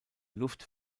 luft